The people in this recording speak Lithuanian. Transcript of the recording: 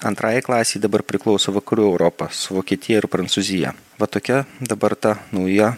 antrajai klasei dabar priklauso vakarų europa su vokietija ir prancūzija va tokia dabar ta nauja